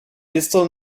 distal